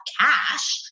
cash